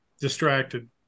distracted